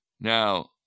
Now